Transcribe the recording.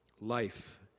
life